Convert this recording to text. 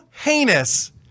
heinous